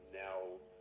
now